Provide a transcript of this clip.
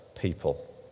people